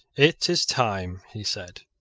it is time, he said,